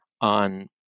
on